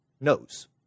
knows